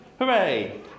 Hooray